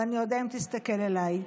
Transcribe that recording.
ואני אודה אם תסתכל עליי,